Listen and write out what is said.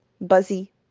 buzzy